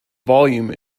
volume